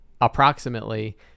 approximately